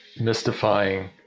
mystifying